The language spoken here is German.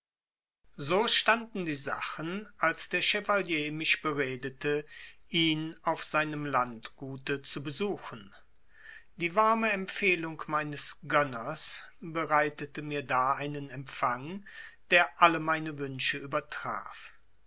so standen die sachen als der chevalier mich beredete ihn auf seinem landgute zu besuchen die warme empfehlung meines gönners bereitete mir da einen empfang der alle meine wünsche